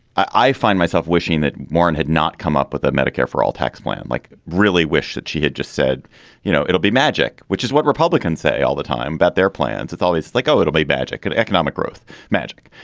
i find myself wishing that moran and had not come up with a medicare for all tax plan. i like really wish that she had just said you know it'll be magic which is what republicans say all the time about their plans. it's always like oh it'll be magic and economic growth magic.